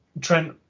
Trent